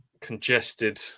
congested